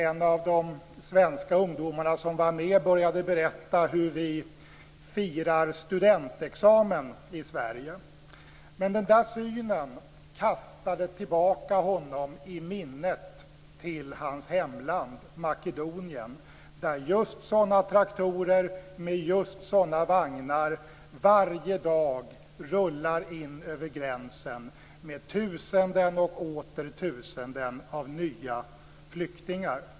En av de svenska ungdomarna som var med började berätta hur vi firar studentexamen i Sverige. Men den där synen kastade tillbaka honom i minnet till hans hemland Makedonien, där just sådana traktorer med just sådana vagnar varje dag rullar in över gränsen med tusenden och åter tusenden av nya flyktingar.